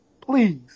please